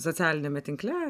socialiniame tinkle